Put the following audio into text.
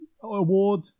Award